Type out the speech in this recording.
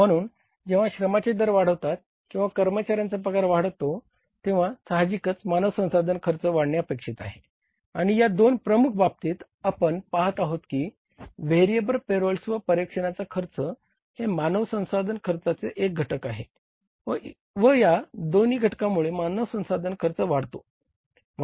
म्हणून जेव्हा श्रमाचे दर वाढतात किंवा कर्मचाऱ्यांचा पगार वाढतो तेंव्हा साहजिकच मानव संसाधन खर्च वाढणे अपेक्षित आहे आणि या दोन प्रमुख बाबतीत आपण पाहत आहोत की व्हेरिएबल्स पेरॉल्स व पर्यवेक्षण खर्च हे मानवसंसाधन खर्चाचेच एक घटक आहे व या दोन्ही घटकांमुळे मानवसंसाधन खर्च वाढतो